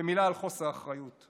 ומילה על חוסר האחריות.